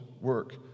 work